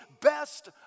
best